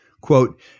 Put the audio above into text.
quote